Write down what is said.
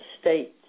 states